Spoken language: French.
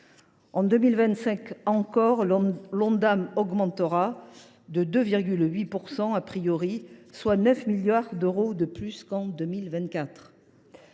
En 2025 encore, l’Ondam augmentera de 2,8 %, soit 9 milliards d’euros de plus qu’en 2024.